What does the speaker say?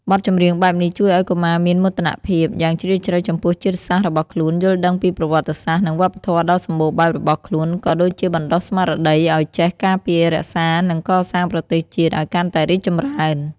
បទចម្រៀងបែបនេះជួយឲ្យកុមារមាន មោទនភាព យ៉ាងជ្រាលជ្រៅចំពោះជាតិសាសន៍របស់ខ្លួន យល់ដឹងពី ប្រវត្តិសាស្រ្ត និងវប្បធម៌ ដ៏សម្បូរបែបរបស់ខ្លួន ក៏ដូចជាបណ្ដុះស្មារតីឲ្យចេះ ការពារ រក្សា និង កសាងប្រទេសជាតិ ឲ្យកាន់តែរីកចម្រើន។